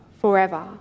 forever